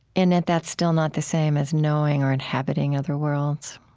and yet, that's still not the same as knowing or inhabiting other worlds